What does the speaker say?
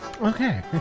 Okay